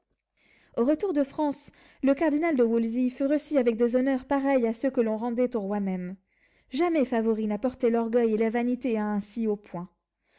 au retour de france le cardinal de wolsey fut reçu avec des honneurs pareils à ceux que l'on rendait au roi même jamais favori n'a porté l'orgueil et la vanité à un si haut point